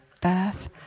bath